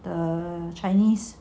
the chinese